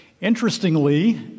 Interestingly